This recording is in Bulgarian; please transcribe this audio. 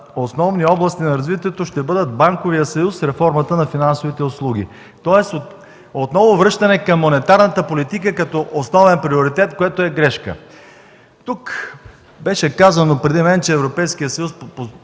основни области на развитието, които ще бъдат: банковият съюз и реформата на финансовите услуги. Тоест, отново връщане към монетарната политика като основен приоритет, което е грешка. Тук беше казано преди мен, че Европейският съюз